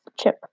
chip